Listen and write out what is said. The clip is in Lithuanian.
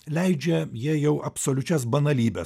leidžia jie jau absoliučias banalybes